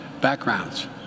backgrounds